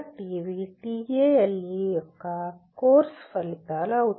కాబట్టి ఇవి టేల్ యొక్క కోర్సు ఫలితాలు